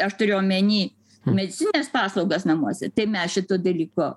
aš turiu omeny medicinines paslaugas namuose tai mes šito dalyko